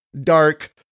dark